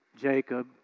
Jacob